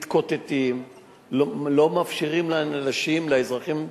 מתקוטטים, לא מאפשרים לאנשים,